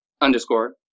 underscore